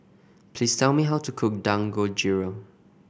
please tell me how to cook Dangojiru